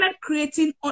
creating